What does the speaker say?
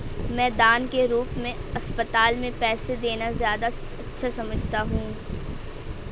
मैं दान के रूप में अस्पताल में पैसे देना ज्यादा अच्छा समझता हूँ